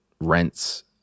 rents